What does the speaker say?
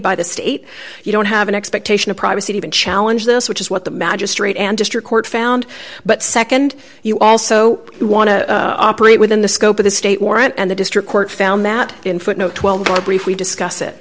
by the state you don't have an expectation of privacy even challenge this which is what the magistrate and district court found but nd you also want to operate within the scope of the state warrant and the district court found that in footnote twelve of our brief we discuss it